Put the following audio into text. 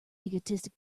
egoistic